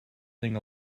thing